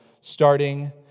starting